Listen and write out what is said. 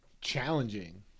challenging